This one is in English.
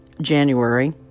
January